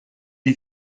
est